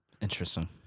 Interesting